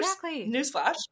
Newsflash